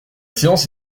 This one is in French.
séance